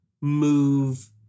move